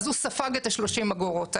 אז הוא ספג את ה-30 אגורות האלה.